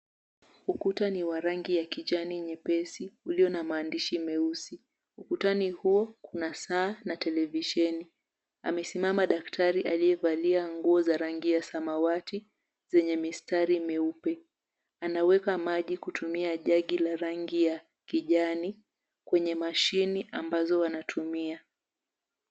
Ukuta ni wa rangi ya kijani nyepesi ulio na maandishi meusi. Ukutani huo kuna saa na televisheni. Amesimama daktari aliyevalia nguo za rangi ya samawati zenye mistari meupe. Anaweka maji kutumia jagi la rangi ya kijani kwenye mashine ambazo wanatumia.